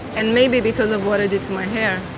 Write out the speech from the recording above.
and maybe because of what i did to my hair.